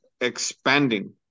expanding